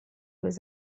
was